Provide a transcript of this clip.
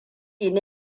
ne